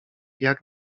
jak